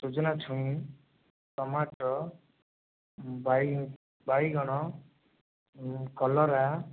ସଜନା ଛୁଇଁ ଟମାଟୋ ବାଇ ବାଇଗଣ କଲରା